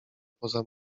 poza